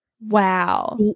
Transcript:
Wow